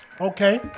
Okay